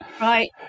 Right